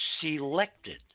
selected